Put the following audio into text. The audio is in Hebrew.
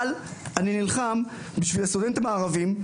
אבל אני נלחם בשביל הסטודנטים הערבים,